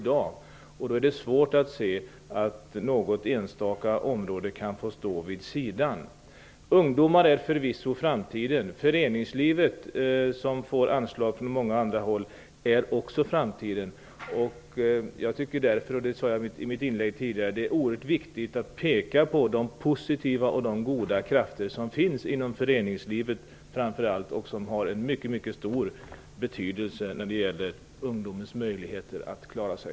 Då är det svårt att se att ett enstaka område kan få stå vid sidan om. Ungdomar är förvisso framtiden. Föreningslivet, som får anslag från många andra håll, är också framtiden. Jag tycker därför - det sade jag i mitt tidigare anförande - att det är oerhört viktigt att peka på de positiva och goda krafter som finns inom föreningslivet och som har en mycket stor betydelse när det gäller ungdomars möjligheter att klara sig.